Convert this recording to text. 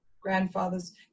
grandfather's